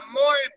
more